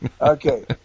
Okay